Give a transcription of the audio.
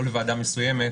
לא לוועדה מסוימת